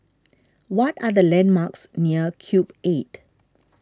what are the landmarks near Cube eight